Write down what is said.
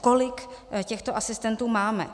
Kolik těchto asistentů máme?